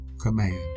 command